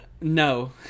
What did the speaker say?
no